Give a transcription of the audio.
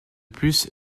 plus